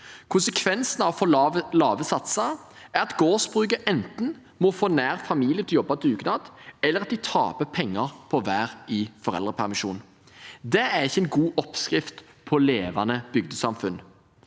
Konsekvensen av for lave satser er at gårdsbruket enten må få nær familie til å jobbe dugnad, eller at de taper penger på å være i foreldrepermisjon. Det er ikke en god oppskrift på levende bygdesamfunn.